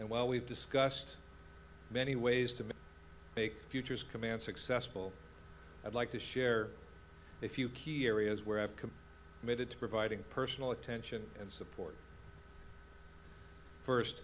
and while we've discussed many ways to make futures command successful i'd like to share a few key areas where i've come to providing personal attention and support first